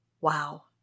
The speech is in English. Wow